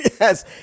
Yes